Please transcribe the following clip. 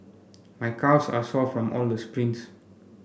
my calves are sore from all the sprints